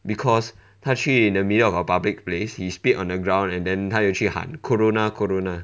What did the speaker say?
because 他去 in the middle of a public place he spit on the ground and then 他又去喊 corona corona